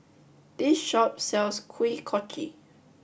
this shop sells Kuih Kochi